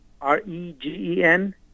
R-E-G-E-N